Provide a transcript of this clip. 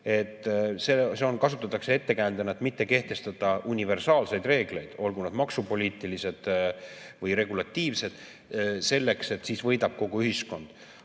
Seda kasutatakse ettekäändena, et mitte kehtestada universaalseid reegleid, olgu nad maksupoliitilised või regulatiivsed – siis võidaks kogu ühiskond.